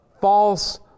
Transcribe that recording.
false